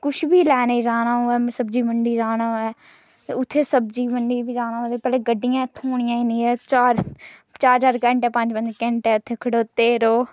किश बी लैने गी जाना होऐ सब्ज़ी मंडी जाना होऐ उत्थै सब्ज़ी मंडी बी जाना होऐ ते पैह्लें गड्डियां थ्होनियां नेईं ते चार चार पंज पंज घैंटे इत्थै खड़ोते दे र'वो